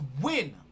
win